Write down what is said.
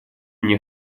мне